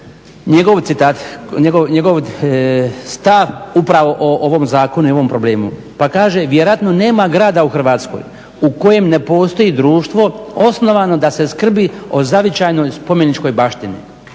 njegov citat, njegov stav upravo o ovom zakonu i ovom problemu pa kaže: "Vjerojatno nema grada u Hrvatskoj u kojem ne postoji društvo osnovano da se skrbi o zavičajnoj spomeničkoj baštini.